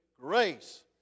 Grace